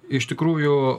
iš tikrųjų